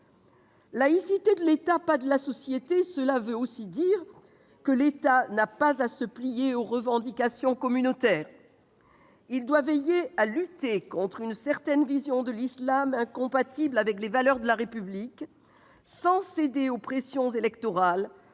laïcité de l'État, pas de la société » signifie aussi que l'État n'a pas à se plier aux revendications communautaires. Il doit veiller à lutter contre une certaine vision de l'islam incompatible avec les valeurs de la République, sans céder aux pressions électorales,